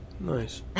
Nice